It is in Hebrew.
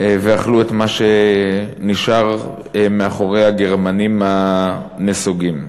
ואכלו את מה שנשאר מאחורי הגרמנים הנסוגים.